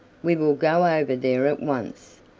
we will go over there at once.